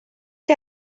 que